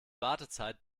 wartezeit